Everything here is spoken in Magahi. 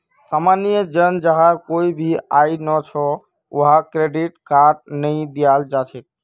सामान्य जन जहार कोई भी आय नइ छ वहाक क्रेडिट कार्ड नइ दियाल जा छेक